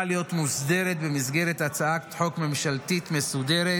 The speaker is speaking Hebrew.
להיות מוסדרת במסגרת הצעת חוק ממשלתית מסודרת